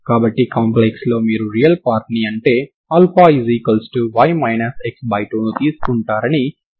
కాబట్టి కాంప్లెక్స్లో మీరు రియల్ పార్ట్ ని అంటే αy x2 ను తీసుకుంటారని మీరు చూడగలరు